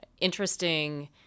interesting